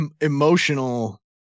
Emotional